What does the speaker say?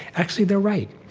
actually, they're right.